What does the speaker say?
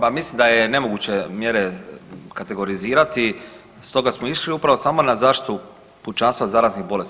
Pa mislim da je nemoguće mjere kategorizirati, stoga smo išli upravo samo na zaštitu pučanstva od zaraznih bolesti.